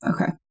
Okay